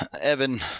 evan